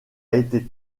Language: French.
été